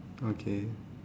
okay